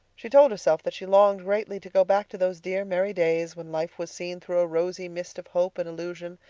she told herself that she longed greatly to go back to those dear merry days when life was seen through a rosy mist of hope and illusion,